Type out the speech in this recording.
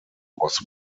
was